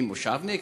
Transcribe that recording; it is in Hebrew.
האם מושבניק,